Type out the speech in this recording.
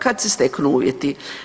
Kada se steknu uvjeti.